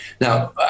now